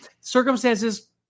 Circumstances